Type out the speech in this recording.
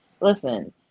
listen